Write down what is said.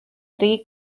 three